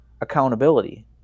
accountability